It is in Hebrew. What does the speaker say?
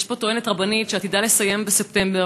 יש פה טוענת רבנית שעתידה לסיים את כהונתה בספטמבר,